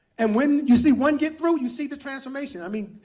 and when you see one get through, you see the transformation. i mean,